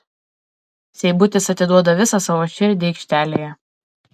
seibutis atiduoda visą savo širdį aikštelėje